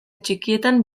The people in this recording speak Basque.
txikietan